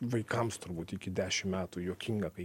vaikams turbūt iki dešim metų juokinga kai